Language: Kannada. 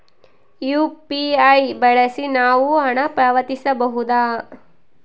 ಯು.ಪಿ.ಐ ಬಳಸಿ ನಾವು ಹಣ ಪಾವತಿಸಬಹುದಾ?